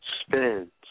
Spends